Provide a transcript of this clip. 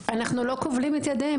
אנחנו לא כובלים את ידיהם.